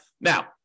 Now